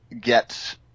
get